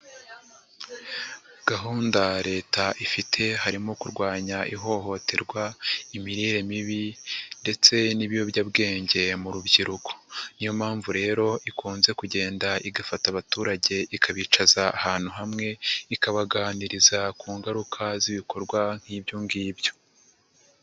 Gahunda leta ifite harimo kurwanya ihohoterwa, imirire mibi ndetse n'ibiyobyabwenge mu rubyiruko. Niyo mpamvu rero ikunze kugenda igafata abaturage, ikabicaza ahantu hamwe, ikabaganiriza ku ngaruka z'ibikorwa nk'ibyo ngibyo.